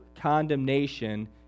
condemnation